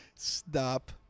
Stop